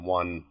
one